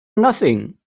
nothing